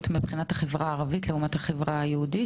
מבחינת החברה הערבית לעומת החברה היהודית.